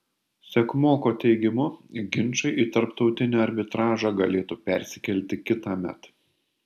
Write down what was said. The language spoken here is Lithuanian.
sekmoko teigimu ginčai į tarptautinį arbitražą galėtų persikelti kitąmet